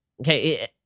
Okay